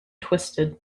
twisted